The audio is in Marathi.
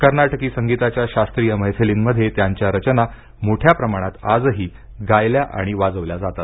कर्नाटकी संगीताच्या शास्त्रीय मैफलींमध्ये त्यांच्या रचना मोठ्या प्रमाणात आजही गायल्या आणि वाजवल्या जातात